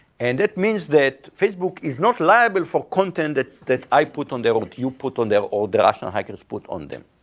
and that means that facebook is not liable for content that that i put on there or that you put on there or the rational hackers put on them.